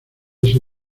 ese